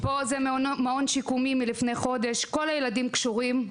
זה מעון שיקומי מלפני חודש, כל הילדים קשורים.